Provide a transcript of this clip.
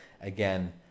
again